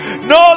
no